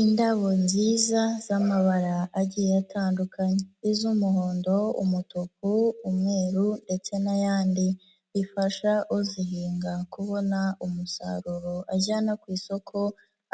Indabo nziza z'amabara agiye atandukanye, iz'umuhondo, umutuku, umweru, ndetse n'ayandi, bifasha uzihinga kubona umusaruro azana ku isoko,